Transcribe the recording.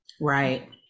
right